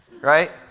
Right